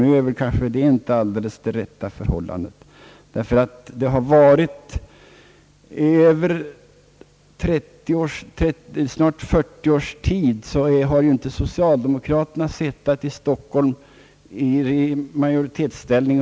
Det är kanske ändå inte det rätta förhållandet, ty under de senaste 40 åren har inte socialdemokraterna hela tiden suttit i regeringsställning.